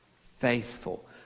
Faithful